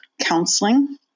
counseling